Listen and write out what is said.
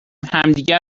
همدیگه